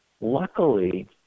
luckily